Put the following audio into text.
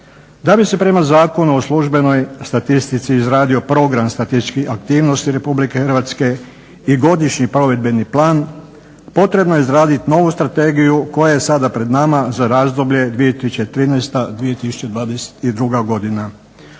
Da bi se prema Zakonu o službenoj statistici izradio program statističkih aktivnosti Republike Hrvatske i godišnji provedbeni plan potrebno je izraditi novu strategiju koja je sada pred nama za razdoblje 2013.-2022. godina.